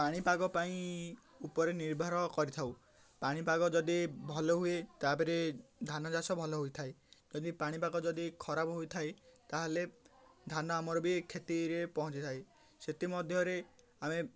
ପାଣିପାଗ ପାଇଁ ଉପରେ ନିର୍ଭର କରିଥାଉ ପାଣିପାଗ ଯଦି ଭଲ ହୁଏ ତାପରେ ଧାନ ଚାଷ ଭଲ ହୋଇଥାଏ ଯଦି ପାଣିପାଗ ଯଦି ଖରାପ ହୋଇଥାଏ ତାହେଲେ ଧାନ ଆମର ବି କ୍ଷତିରେ ପହଞ୍ଚି ଥାଏ ସେଥିମଧ୍ୟରେ ଆମେ